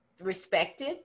respected